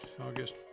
August